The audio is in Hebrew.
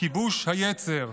כיבוש היצר.